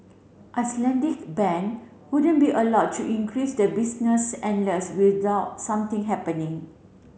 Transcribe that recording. Icelandic bank wouldn't be allowed to increase the business endless without something happening